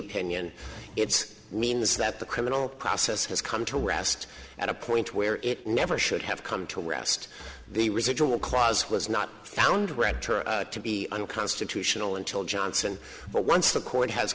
opinion it's means that the criminal process has come to rest at a point where it never should have come to rest the residual clause was not found read to be unconstitutional until johnson but once the court has